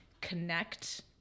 connect